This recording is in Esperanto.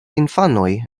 infanoj